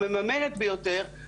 המממנת ביותר,